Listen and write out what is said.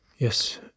Yes